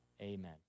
Amen